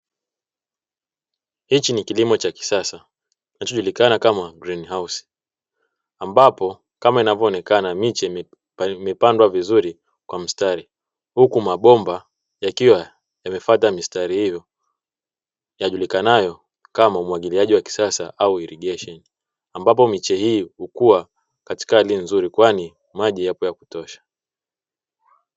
Hichi ni kilimo cha kisasa kinachojulikana kama ''greenhouse'' ambapo kama inavyoonekana miche imepandwa vizuri kwa mstari, huku mabomba yakiwa yamefuata mistari hiyo julikanayo kama umwagiliaji wa kisasa au ''irrigation'', ambapo miche hii hukuwa katika hali nzuri kwani maji yapo ya kutosha.